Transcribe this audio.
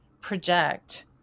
project